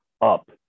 up